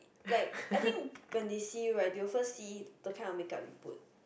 like I think when they see you right they will first see the kind of makeup you put